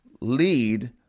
lead